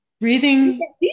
Breathing